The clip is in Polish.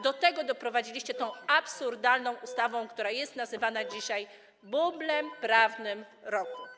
Do tego doprowadziliście tą absurdalną ustawą, która jest nazywana dzisiaj bublem prawnym roku.